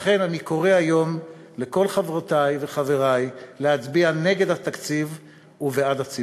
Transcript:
לכן אני קורא היום לכל חברותי וחברי להצביע נגד התקציב ובעד הציבור.